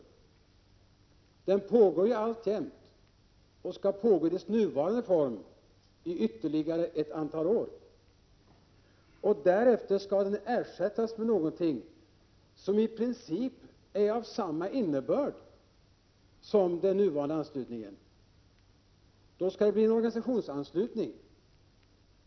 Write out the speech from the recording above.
Kollektivanslutningen pågår alltjämt, och den skall finnas isin nuvarande form under ytterligare ett antal år. Därefter skall den ersättas med någonting som i princip innebär detsamma som den nuvarande anslutningen. Det skall nämligen bli en organisationsanslutning.